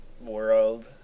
world